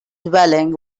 dwelling